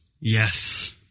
Yes